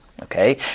Okay